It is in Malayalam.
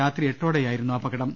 രാത്രി എട്ടോടെയായി രുന്നു അപകടം